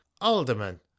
Alderman